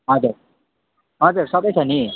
हजुर हजुर सबै छ नि